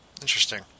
Interesting